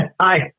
Hi